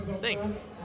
thanks